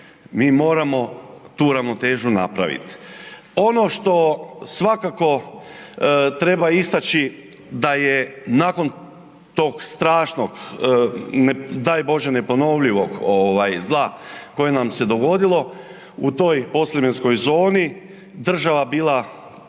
mi moramo tu ravnotežu napravit. Ono što svakako treba istaći da je nakon tog strašnog daj Bože neponovljivog zla koje nam se dogodilo u toj podsljemenskoj zoni država bila